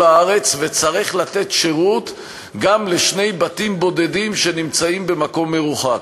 הארץ וצריך לתת שירות גם לשני בתים בודדים שנמצאים במקום מרוחק.